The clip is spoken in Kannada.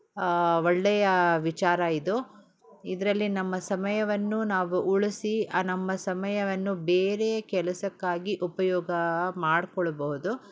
ಒಳ್ಳೆಯ ವಿಚಾರ ಇದು ಇದರಲ್ಲಿ ನಮ್ಮ ಸಮಯವನ್ನು ನಾವು ಉಳಿಸಿ ಆ ನಮ್ಮ ಸಮಯವನ್ನು ಬೇರೇ ಕೆಲಸಕ್ಕಾಗಿ ಉಪಯೋಗ ಮಾಡಿಕೊಳ್ಬಹುದು